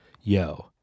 yo